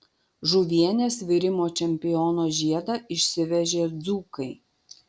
žuvienės virimo čempiono žiedą išsivežė dzūkai